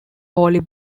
holy